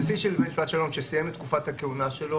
נשיא בית משפט שלום שסיים את תקופת הכהונה שלו,